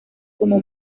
como